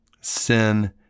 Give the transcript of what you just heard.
sin